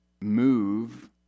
move